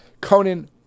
Conan